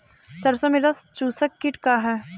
सरसो में रस चुसक किट का ह?